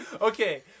Okay